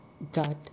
got